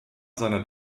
seiner